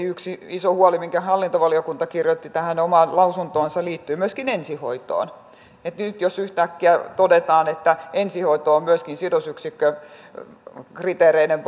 yksi iso huoli minkä hallintovaliokunta kirjoitti tähän omaan lausuntoonsa liittyy myöskin ensihoitoon nyt jos yhtäkkiä todetaan että ensihoito on myöskin sidosyksikkökriteereiden